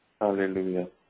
hallelujah